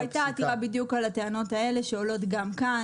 הייתה עתירה בדיוק על הטענות האלה שעולות גם כאן,